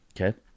Okay